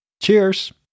Cheers